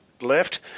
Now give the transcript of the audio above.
left